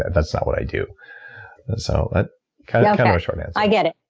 that's not what i do, and so kind of kind of a short answer. i get it,